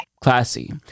Classy